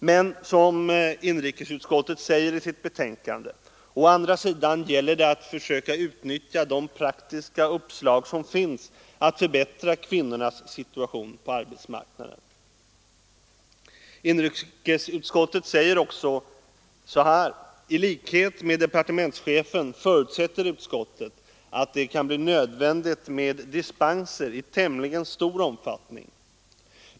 Men det är som inrikesutskottet säger i sitt betänkande: ”AÅ andra sidan gäller det att söka utnyttja de praktiska uppslag som finns att förbättra kvinnornas situation på arbetsmarknaden.” Och inrikesutskottet säger vidare: ”I likhet med departementschefen förutser utskottet därvid att det kan bli nödvändigt med dispenser i tämligen stor omfattning.